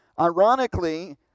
Ironically